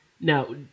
Now